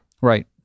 right